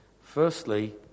Firstly